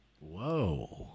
whoa